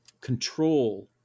control